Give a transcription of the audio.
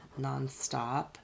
nonstop